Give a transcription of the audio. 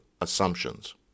assumptions